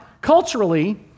culturally